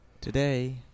Today